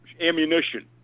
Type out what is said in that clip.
ammunition